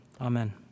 Amen